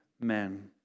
men